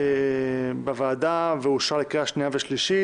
בוועדה ואושרה לקריאה שנייה ושלישית,